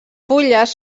fulles